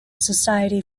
society